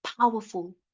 powerful